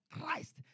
Christ